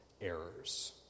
errors